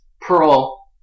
Pearl